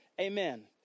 Amen